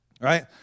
right